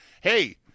hey